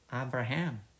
Abraham